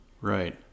Right